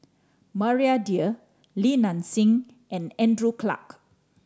Maria Dyer Li Nanxing and Andrew Clarke